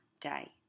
day